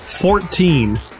Fourteen